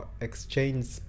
exchange